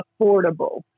affordable